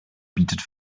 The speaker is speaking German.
bietet